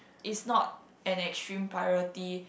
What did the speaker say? is not an extreme priority